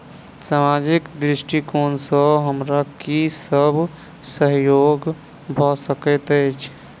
सामाजिक दृष्टिकोण सँ हमरा की सब सहयोग भऽ सकैत अछि?